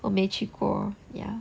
我没去过 ya